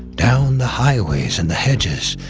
down the highways and the hedges,